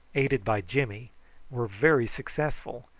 aided by jimmy were very successful,